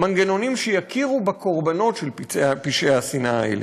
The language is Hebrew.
מנגנונים שיכירו בקורבנות של פשעי השנאה האלה.